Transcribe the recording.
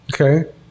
okay